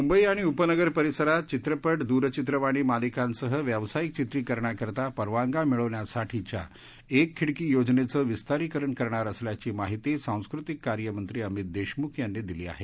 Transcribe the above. मुंबई आणि उपनगर परिसरात चित्रपट द्रचित्रवाणी मालिकांसह व्यावसायिक चित्रकरणाकरता परवानग्या मिळवण्यासाठीच्या एक खिडकी योजनेचं विस्तारीकरण करणार असल्याची माहिती सांस्कृतिक कार्य मंत्री अमित देशमुख यांनी दिली आहे